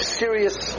serious